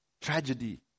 tragedy